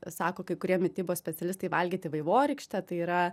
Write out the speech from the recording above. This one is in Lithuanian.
sako kai kurie mitybos specialistai valgyti vaivorykštę tai yra